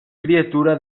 criatura